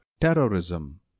Terrorism